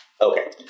Okay